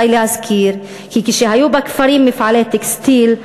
די להזכיר כי כשהיו בכפרים מפעלי טקסטיל,